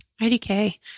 IDK